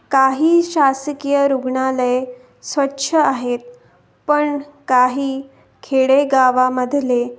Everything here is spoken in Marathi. काही शासकीय रुग्णालये स्वच्छ आहेत पण काही खेडेगावामधले